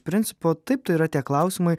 bet iš principo taip tai yra tie klausimai